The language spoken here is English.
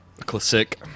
Classic